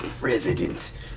Resident